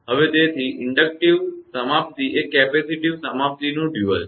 હવે તેથી ઇન્ડકટીવ સમાપ્તિ એ કેપેસિટીવ સમાપ્તિનું ડયુઅલદ્વિ છે